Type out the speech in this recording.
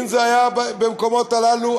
אם זה היה במקומות הללו,